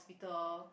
~pital